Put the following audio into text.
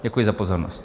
Děkuji za pozornost.